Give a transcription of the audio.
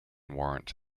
warrant